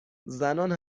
زنان